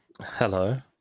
Hello